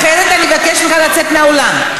אחרת אני אבקש ממך לצאת מן האולם.